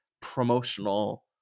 promotional